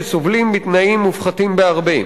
שסובלים מתנאים מופחתים בהרבה.